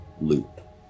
loop